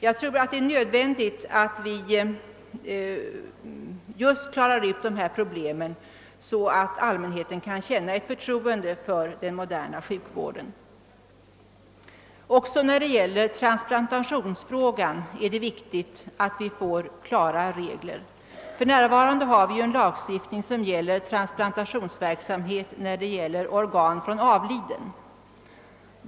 Jag tror att det är nödvändigt att vi klarar ut dessa problem så att allmänheten kan känna förtroende för den moderna sjukvården. Också när det gäller transplantationsfrågan är det viktigt att vi får klara regler. För närvarande har vi en lagstiftning om transplantationsverksamhet när det gäller organ från avliden.